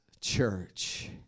church